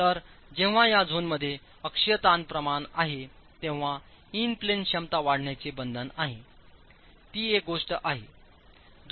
तर जेव्हा या झोनमध्ये अक्षीय ताण प्रमाण आहे तेव्हा इन प्लेन क्षमता वाढण्याचे बंधन आहेती एक गोष्ट आहे